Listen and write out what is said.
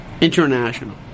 international